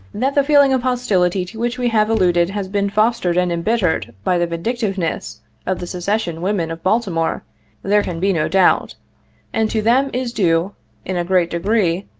that the feeling of hostility to which we have alluded has been fos tered and embittered by the vindictiveness of the secession women of baltimore there can be no doubt and to them is due in a great degree,